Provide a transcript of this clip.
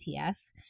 ATS